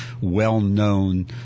well-known